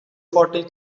forty